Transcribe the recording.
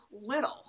little